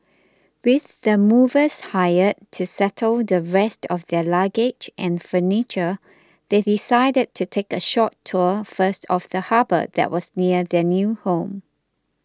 with the movers hired to settle the rest of their luggage and furniture they decided to take a short tour first of the harbour that was near their new home